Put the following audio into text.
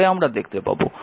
পরে আমরা দেখতে পাব